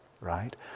right